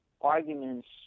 arguments